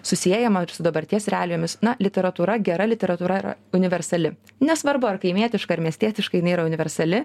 susiejama ir su dabarties realijomis na literatūra gera literatūra yra universali nesvarbu ar kaimietiška ir miestietiškai jinai yra universali